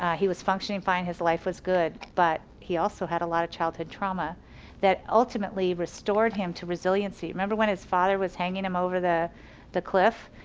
ah he was functioning fine, his life was good. but he also had a lot of childhood trauma that ultimately restored him to resiliency. remember when his father was hanging him over the the cliff?